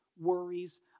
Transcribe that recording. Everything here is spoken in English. worries